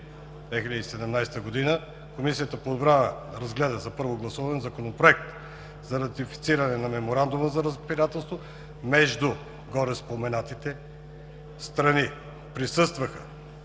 2017 г., Комисията по отбрана разгледа за първо гласуване Законопроекта за ратифициране на Меморандума за разбирателство – гореспоменатите страни. Присъстваха